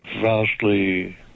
vastly